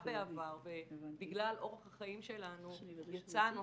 בעבר ובגלל אורח החיים שלנו יצאנו,